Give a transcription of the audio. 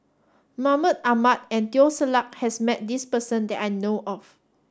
Mahmud Ahmad and Teo Ser Luck has met this person that I know of